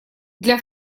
для